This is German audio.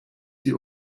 die